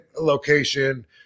location